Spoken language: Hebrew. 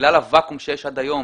ובגלל הוואקום שיש עד היום,